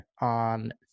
on